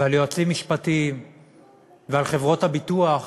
ועל יועצים משפטיים ועל חברות הביטוח.